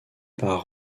par